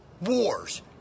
Wars